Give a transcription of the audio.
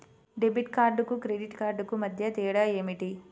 Debit కార్డుకు credit credit కార్డుకు మధ్య తేడా ఏమిటీ?